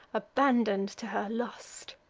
abandon'd to her lust.